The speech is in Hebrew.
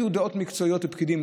היו דעות מקצועיות ופקידים,